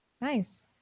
Nice